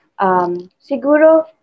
Siguro